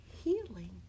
healing